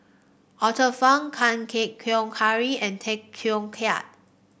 Arthur Fong Chan Keng Howe Harry and Tay Teow Kiat